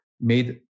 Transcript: made